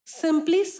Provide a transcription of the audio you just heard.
simply